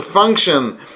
function